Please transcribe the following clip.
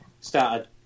started